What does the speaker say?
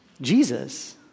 Jesus